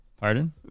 pardon